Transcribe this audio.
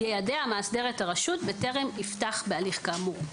יידע המאסדר את הרשות בטרם יפתח בהליך כאמור.